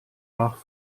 nach